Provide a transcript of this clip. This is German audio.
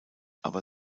aber